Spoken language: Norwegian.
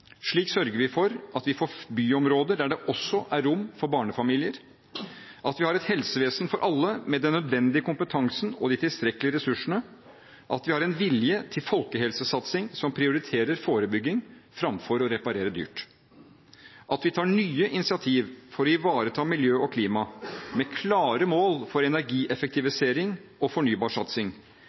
Slik sørger vi for at vi får byområder der det også er rom for barnefamilier at vi har et helsevesen for alle med den nødvendige kompetansen og de tilstrekkelige ressursene, og at vi har en vilje til folkehelsesatsing som prioriterer forebygging fremfor å reparere dyrt at vi tar nye initiativ for å ivareta miljø og klima, med klare mål for energieffektivisering og